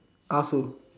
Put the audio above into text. are to